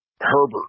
Herbert